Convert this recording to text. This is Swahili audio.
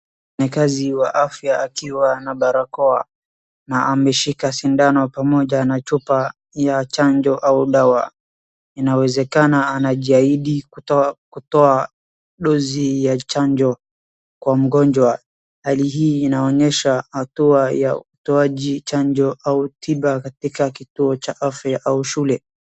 Mkazi wa afya akiwa na barakoa na ameshika shindano pamoja na chupa ya chanjo au dawa, inaweza onekana anajitahidi kutoa dozi ya chanjo kwa mgonjwa hali hii inaonyesha hatua ys utoaji chanjo au tiba katika kituo cha afya au shule.